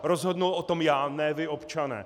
Rozhodnu o tom já, ne vy, občané.